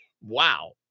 wow